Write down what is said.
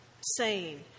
saying